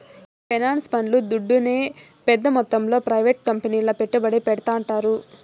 ఈ పెన్సన్ పండ్లు దుడ్డునే పెద్ద మొత్తంలో ప్రైవేట్ కంపెనీల్ల పెట్టుబడి పెడ్తాండారు